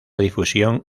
difusión